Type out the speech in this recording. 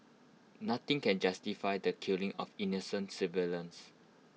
nothing can justify the killing of innocent civilians